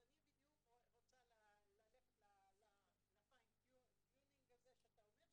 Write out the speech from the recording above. אז אני בדיוק רוצה ללכת לפיין טיונינג הזה שאתה אומר,